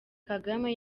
kagame